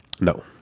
No